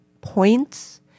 points